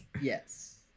Yes